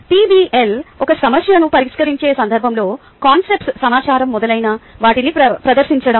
PBL ఒక సమస్యను పరిష్కరించే సందర్భంలో కాన్సెప్ట్స్ సమాచారం మొదలైన వాటిని ప్రదర్శిoచడం